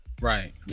right